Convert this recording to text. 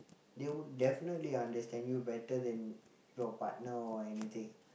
they would definitely understand you better than your partner or anything